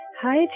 Hi